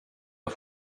jag